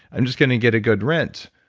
i'm just going to get a good rent,